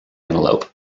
antelope